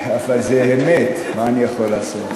ביותר, אבל זה אמת, מה אני יכול לעשות.